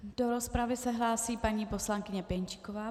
Do rozpravy se hlásí paní poslankyně Pěnčíková.